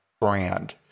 brand